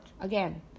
again